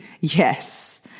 yes